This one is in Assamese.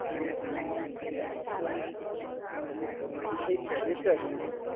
হয় নিশ্চয় নিশ্চয় যাম